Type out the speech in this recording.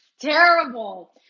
Terrible